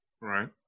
Right